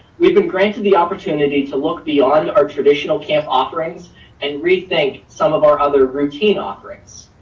we've been granted the opportunity to look beyond our traditional camp offerings and rethink some of our other routine offerings.